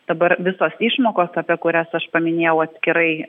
dabar visos išmokos apie kurias aš paminėjau atskirai